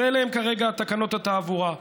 אלה הן כרגע תקנות התעבורה.